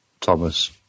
Thomas